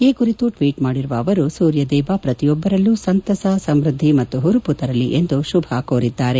ಈ ಕುರಿತು ಟ್ವೀಟ್ ಮಾಡಿರುವ ಅವರು ಸೂರ್ಯದೇವ ಪ್ರತಿಯೊಬ್ಬರಲ್ಲೂ ಸಂತಸ ಸಮೃದ್ಧಿ ಮತ್ತು ಹರುಪು ತರಲಿ ಎಂದು ಶುಭ ಕೋರಿದ್ದಾರೆ